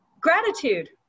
Gratitude